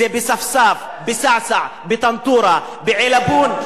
זה בספסף, בסעסע, בטנטורה, בעילבון.